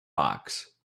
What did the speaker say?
box